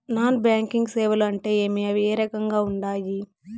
non banking సేవలు అంటే ఏమి అవి ఏ రకంగా ఉండాయి